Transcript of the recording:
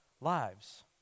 lives